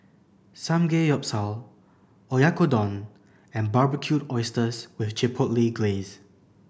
Samgeyopsal Oyakodon and Barbecued Oysters with Chipotle Glaze